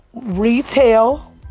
retail